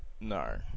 No